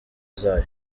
zayo